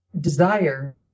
desire